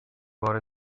باره